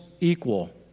equal